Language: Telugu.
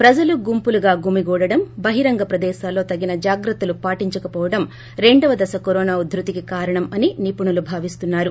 ప్రజలు గుంపులుగా గుమిగూడడం బహిరంగ ప్రదేశాల్లో తగిన జాగ్రత్తలు పాటించకవోవడం రెండో దశ కరోనా ఉద్యతికి కారణమని నిపుణులు భావిస్తున్నారు